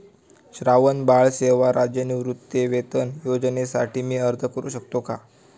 श्रावणबाळ सेवा राज्य निवृत्तीवेतन योजनेसाठी मी अर्ज करू शकतो का?